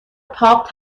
پاپ